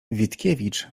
witkiewicz